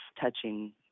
touching